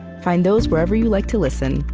find those wherever you like to listen,